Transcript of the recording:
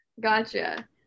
gotcha